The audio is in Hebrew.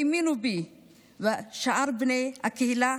שאר בני הקהילה